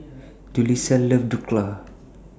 Julissa loves Dhokla